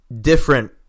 different –